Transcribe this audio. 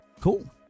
cool